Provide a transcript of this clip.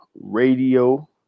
Radio